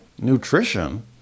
nutrition